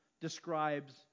describes